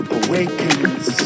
awakens